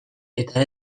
eta